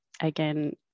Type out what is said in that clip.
again